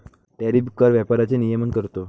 tariff कर व्यापाराचे नियमन करतो